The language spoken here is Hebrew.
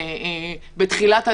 בתחילת הדרך,